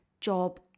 job